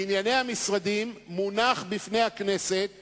בענייני המשרדים מונח לפני הכנסת